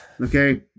Okay